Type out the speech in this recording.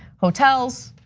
hotels,